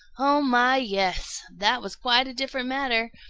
oh, my, yes! that was quite a different matter!